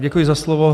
Děkuji za slovo.